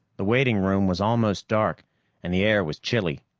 the waiting room was almost dark and the air was chilly,